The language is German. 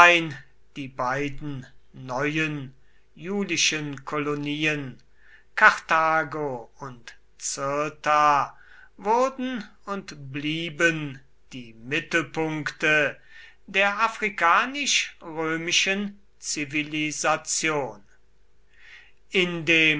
die beiden neuen julischen kolonien karthago und cirta wurden und blieben die mittelpunkte der afrikanisch römischen zivilisation in dem